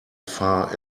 far